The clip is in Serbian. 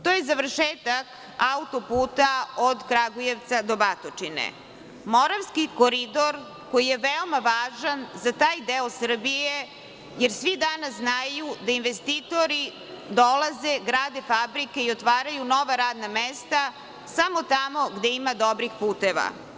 To je završetak auto-puta od Kragujevca do Batočine, Moravski koridor koji je veoma važan za taj deo Srbije, jer svi danas znaju da investitori dolaze, grade fabrike i otvaraju nova radna mesta samo tamo gde ima dobrih puteva.